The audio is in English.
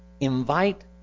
invite